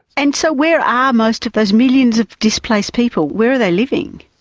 and so where are most of those millions of displaced people? where are they living?